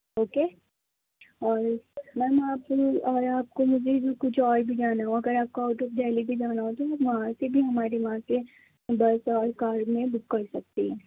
okay اور ma'am آپ کے لئے یا آپ کو کچھ اور بھی جاننا ہو اگر آپ کو آؤٹ آف ڈہلی بھی جانا ہو تو وہاں سے بھی ہمارے یہاں سے بس اور کار بھی ہیں بک کر سکتی ہیں